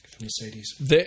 Mercedes